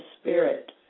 spirit